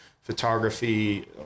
photography